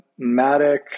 Matic